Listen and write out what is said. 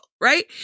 Right